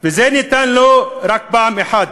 והם ניתנים לו רק פעם אחת,